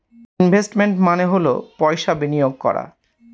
investment মানে হল পয়সা বিনিয়োগ করা